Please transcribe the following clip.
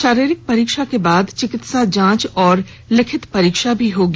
शारीरिक परीक्षा के बाद चिकित्सा जांच और लिखित परीक्षा भी होगी